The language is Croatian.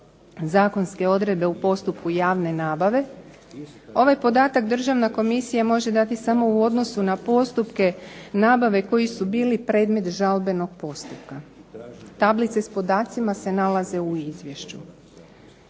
zakonske odredbe u postupku javne nabave. Ovaj podatak Državna komisija može dati samo u odnosu na postupke nabave koji su bili predmet žalbenog postupka. Tablice s podacima se nalaze u izvješću.